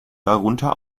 darunter